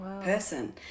person